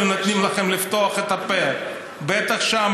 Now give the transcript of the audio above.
היו נותנים לכם לפתוח את הפה; בטח שם,